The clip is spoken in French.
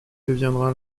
deviendra